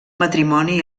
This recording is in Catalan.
matrimoni